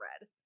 red